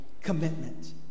commitment